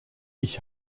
ich